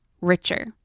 richer